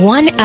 One